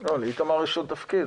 -- לאיתמר יש עוד תפקיד.